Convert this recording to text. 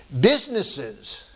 Businesses